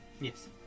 Yes